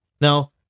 Now